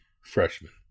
freshman